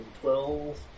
twelve